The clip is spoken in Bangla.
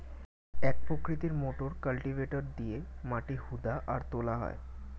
এক প্রকৃতির মোটর কালটিভেটর দিয়ে মাটি হুদা আর তোলা হয়